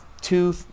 two